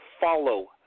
follow